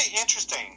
interesting